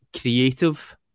creative